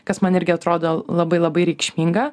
kas man irgi atrodo labai labai reikšminga